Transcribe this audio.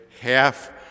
half